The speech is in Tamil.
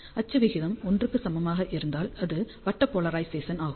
அச்சு விகிதம் 1 க்கு சமமாக இருந்தால் அது வட்ட போலரைசேசன் ஆகும்